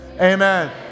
amen